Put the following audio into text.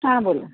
हां बोला